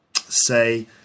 say